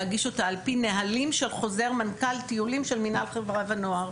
להגיש אותה על פי נהלים של חוזר מנכ"ל טיולים של מינהל חברה ונוער,